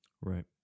Right